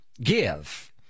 Give